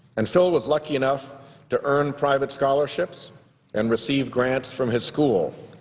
and phil was lucky enough to earn private scholarships and receive grants from his school.